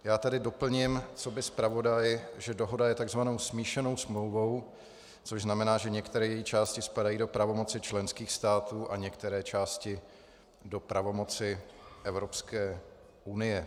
Já tady doplním coby zpravodaj, že dohoda je takzvanou smíšenou smlouvou, což znamená, že některé její části spadají do pravomocí členských států a některé části do pravomoci Evropské unie.